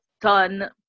done